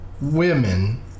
women